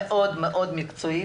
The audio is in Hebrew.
הרווחה והבריאות.